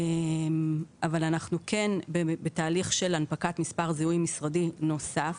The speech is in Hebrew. אבל אנחנו כן בתהליך של הנפקת זיהוי משרדי נוסף